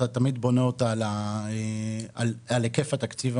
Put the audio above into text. אתה תמיד בונה אותה על היקף התקציב.